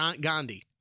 Gandhi